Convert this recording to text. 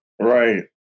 Right